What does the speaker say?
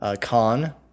con